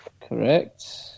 Correct